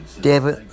David